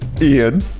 ian